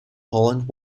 poland